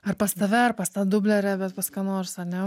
ar pas tave ar pas tą dublerę bet pas ką nors ane